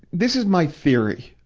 this is my theory.